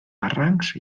barrancs